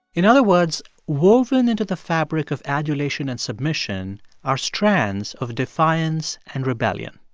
in other words, woven into the fabric of adulation and submission are strands of defiance and rebellion.